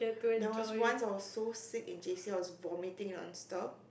there was once I was so sick in J_C I was vomiting on the stop